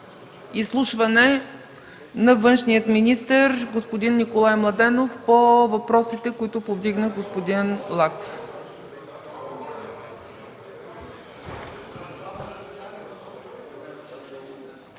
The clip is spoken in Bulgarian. изслушване на външния министър господин Николай Младенов по въпросите, които повдигна господин Лаков.